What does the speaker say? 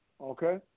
Okay